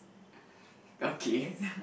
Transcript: okay